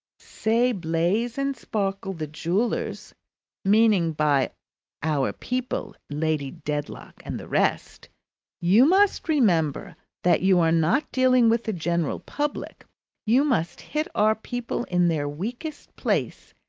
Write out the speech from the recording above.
say blaze and sparkle, the jewellers meaning by our people lady dedlock and the rest you must remember that you are not dealing with the general public you must hit our people in their weakest place,